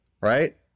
right